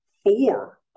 Four